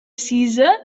cisa